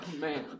man